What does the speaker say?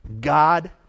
God